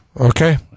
Okay